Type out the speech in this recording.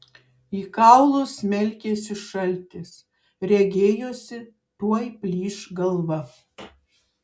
į kaulus smelkėsi šaltis regėjosi tuoj plyš galva